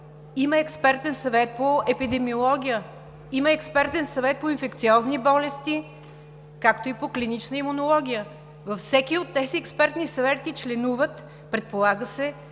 има Експертен съвет по епидемиология, има Експертен съвет по инфекциозни болести, както и по Клинична имунология. Във всеки от тези експертни съвети членуват, предполага се,